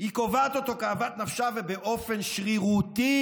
היא קובעת אותו כאוות נפשה ובאופן שרירותי.